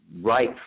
right